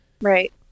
Right